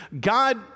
God